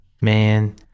man